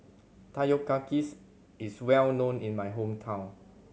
takoyakis is well known in my hometown